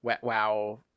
wow